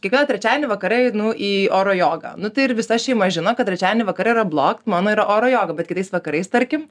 kiekvieną trečiadienį vakare einu į oro jogą nu tai ir visa šeima žino kad trečiadienį vakare yra blokt mano yra oro joga bet kitais vakarais tarkim